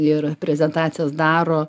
ir prezentacijas daro